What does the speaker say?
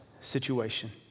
situation